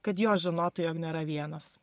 kad jos žinotų jog nėra vienos